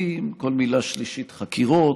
כל מילה שנייה: מושחתים, כל מילה שלישית: חקירות.